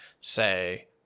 say